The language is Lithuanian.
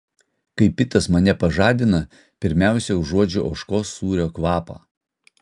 kai pitas mane pažadina pirmiausia užuodžiu ožkos sūrio kvapą